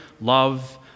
love